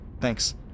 thanks